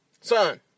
Son